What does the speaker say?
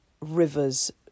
rivers